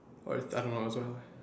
or I don't know